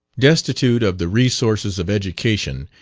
destitute of the resources of education,